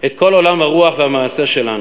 את כל עולם הרוח והמעשה שלנו.